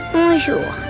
Bonjour